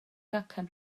gacen